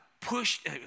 pushed